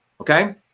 Okay